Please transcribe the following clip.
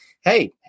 Hey